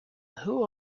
who